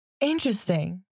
Interesting